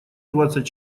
двадцать